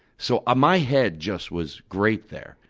so ah my head just was great there.